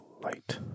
light